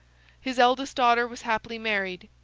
his eldest daughter was happily married.